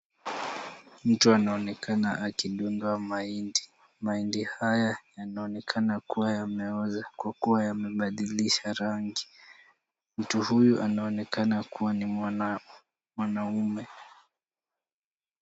Mtu anaonekana akidunga mahindi. Mahindi haya yanaonekana kuwa yameoza, kwa kuwa yamebadilisha rangi. Mtu huyu anaonekana kuwa ni mwanaume.